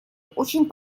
очень